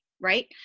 right